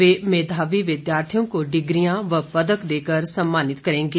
वे मेधावी विद्यार्थियों को डिग्रियां व पदक देकर सम्मानित करेंगे